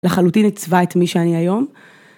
לחלוטין עצבה את מי שאני היום.